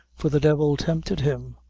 for the devil tempted him,